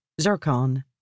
zircon